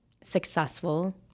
successful